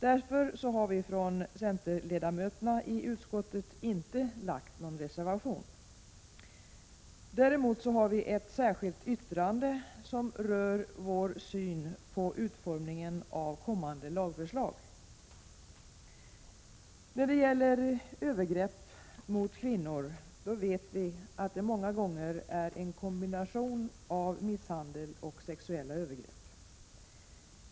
Därför har centerledamöterna i utskottet inte lagt någon reservation. Däremot har vi ett särskilt yttrande som rör vår syn på utformningen av kommande lagförslag. När det gäller övergrepp mot kvinnor vet vi att det många gånger är en kombination av misshandel och sexuella övergrepp.